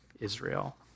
Israel